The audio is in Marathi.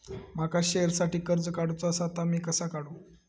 माका शेअरसाठी कर्ज काढूचा असा ता मी कसा काढू?